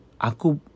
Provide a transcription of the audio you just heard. Aku